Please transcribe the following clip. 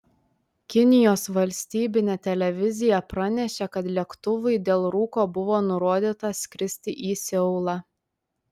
kinijos valstybinė televizija pranešė kad lėktuvui dėl rūko buvo nurodyta skristi į seulą